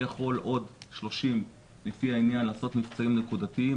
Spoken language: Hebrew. אני יכול עוד 30 לפי העניין לעשות מבצעים נקודתיים.